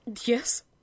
Yes